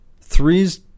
Threes